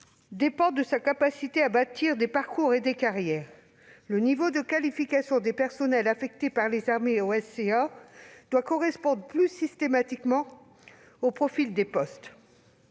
dépend de sa capacité à bâtir des parcours et des carrières. Le niveau de qualification des personnels affectés par les armées au SCA doit correspondre plus systématiquement aux profils des postes.